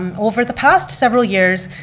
um over the past several years,